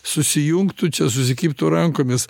susijungtų čia susikibtų rankomis